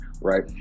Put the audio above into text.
right